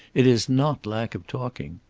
it is not lack of talking.